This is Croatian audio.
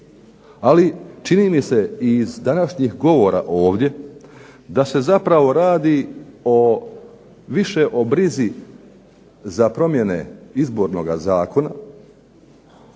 Ali čini mi se i iz današnjih govora ovdje da se zapravo radi više o brizi za promjene Izbornoga zakona